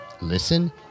listen